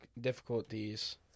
difficulties